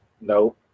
no